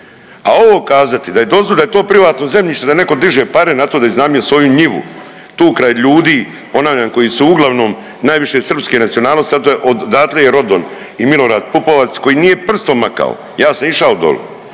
A ovo kazati da je dozvoljeno da je to privatno zemljište, da netko diže pare na to da iznajmljuje svoju njivu tu kraj ljudi ponavljam koji su uglavnom najviše srpske nacionalnosti. Odatle je rodom i Milorad Pupovac koji nije prstom makao. Ja sam išao doli,